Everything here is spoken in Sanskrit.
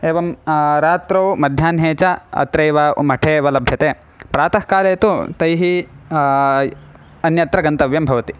एवं रात्रौ मध्याह्ने च अत्रैव मठे एव लभ्यते प्रातः काले तु तैः अन्यत्र गन्तव्यं भवति